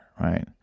right